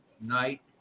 night